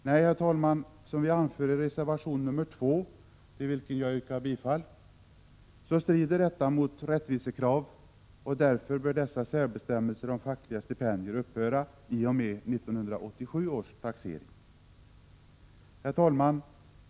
Nej, herr talman, som vi anför i reservation nr 2, till vilken jag yrkar bifall, strider detta mot rättvisekrav och därför bör dessa särbestämmelser om fackliga stipendier upphöra i och med 1987 års taxering. Herr talman!